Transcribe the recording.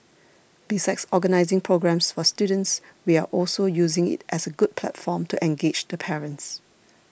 besides organising programmes for students we are also using it as a good platform to engage the parents